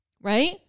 right